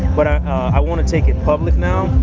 but i want to take it public now,